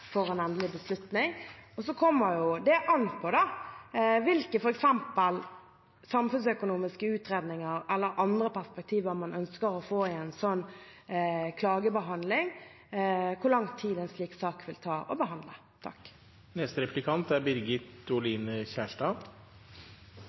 og energidepartementet for en endelig beslutning. Så det kommer an på hvilke samfunnsøkonomiske utredninger eller andre perspektiver man ønsker å få i en slik klagebehandling, hvor lang tid det vil ta å behandle en slik sak.